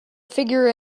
figure